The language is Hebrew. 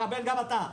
בבקשה קבל גם אתה.